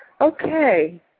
Okay